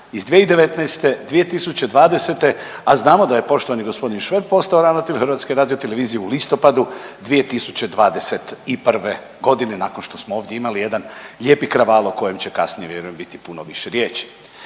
iz 2019., 2020., a znamo da je poštovani gospodin Šveb postao ravnatelj Hrvatske radiotelevizije u listopadu 2021. godine nakon što smo ovdje imali jedan lijepi kraval o kojem će kasnije vjerujem biti puno više riječi.